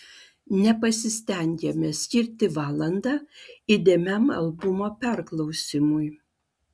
nepasistengiame skirti valandą įdėmiam albumo perklausymui